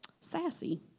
sassy